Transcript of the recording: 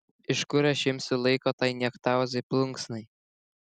iš kur aš imsiu laiko tai niektauzai plunksnai